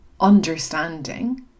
understanding